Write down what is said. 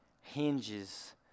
hinges